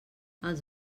els